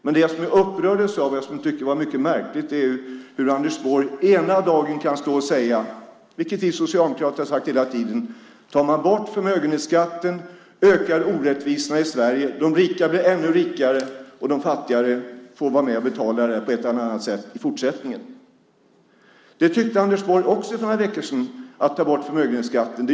Det som jag upprördes av och som jag tyckte var mycket märkligt är hur Anders Borg den ena dagen kan säga, precis som vi Socialdemokrater har sagt hela tiden: Tar man bort förmögenhetsskatten ökar orättvisorna i Sverige. De rika blir ännu rikare, och de fattiga får vara med och betala det på ett eller annat sätt i fortsättningen. För ett par veckor sedan tyckte Anders Borg också att det gynnar de rika om man tar bort förmögenhetsskatten.